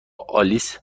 آلیس